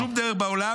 אין שום דרך בעולם.